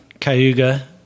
Cayuga